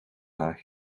haar